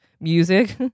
music